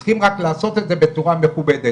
צריך רק לעשות את זה בצורה מכובדת.